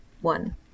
one